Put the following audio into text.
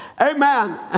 Amen